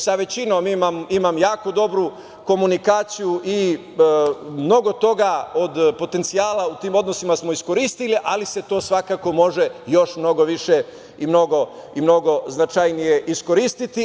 Sa većinom imam jako dobru komunikaciju i mnogo toga od potencijala u tim odnosima smo iskoristili, ali se to svakako može još mnogo više i mnogo značajnije iskoristiti.